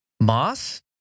Moss